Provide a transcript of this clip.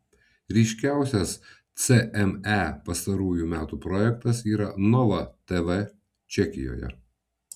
ryškiausias cme pastarųjų metų projektas yra nova tv čekijoje